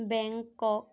Bangkok